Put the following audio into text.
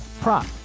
prop